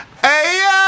Hey